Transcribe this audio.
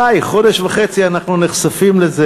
די, חודש וחצי אנחנו נחשפים לזה.